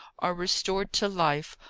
are restored to life,